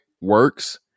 works